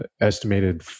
estimated